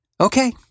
Okay